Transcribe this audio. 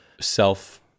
self